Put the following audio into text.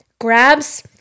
grabs